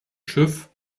schiff